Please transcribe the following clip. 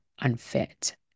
unfit